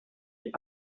die